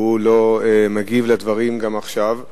והוא לא מגיב על הדברים גם עכשיו.